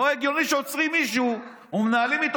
לא הגיוני שעוצרים מישהו ומנהלים איתו